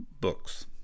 books